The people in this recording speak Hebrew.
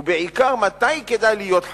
ובעיקר, מתי כדאי להיות חכם,